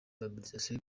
mobilisation